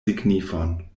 signifon